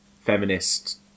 feminist